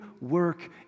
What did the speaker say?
work